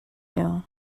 you